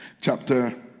chapter